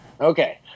okay